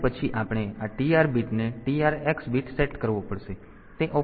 તેથી તે ઓપરેશન છે